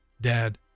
Dad